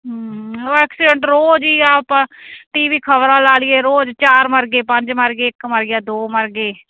ਉਹ ਐਕਸੀਡੈਂਟ ਰੋਜ਼ ਹੀ ਆਪਾਂ ਟੀ ਵੀ ਖ਼ਬਰਾਂ ਲਾ ਲਈਏ ਰੋਜ਼ ਚਾਰ ਮਰ ਗਏ ਪੰਜ ਮਰ ਗਏ ਇੱਕ ਮਰ ਗਿਆ ਦੋ ਮਰ ਗਏ